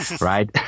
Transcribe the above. Right